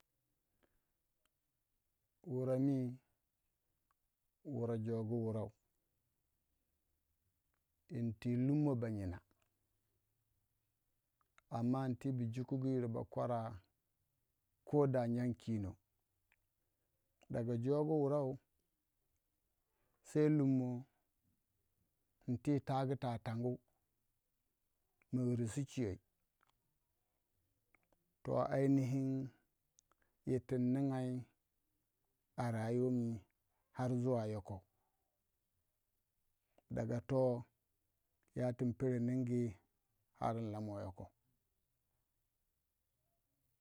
Wurei mi wurei jogu wurow inti lummoh banyina amma inti bu jukugu yir bakwara koh da nyangu kinong daga jogu wurew se lummoh in ti tagu tah tangu mildi su chuyeiy toh ainihi yit tu ln ningai arayo mi har zuwa yokoh. daga to yaku in pero nungu har yokoh.